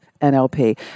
NLP